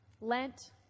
lent